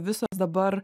visos dabar